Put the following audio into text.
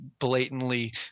blatantly